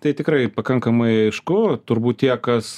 tai tikrai pakankamai aišku turbūt tie kas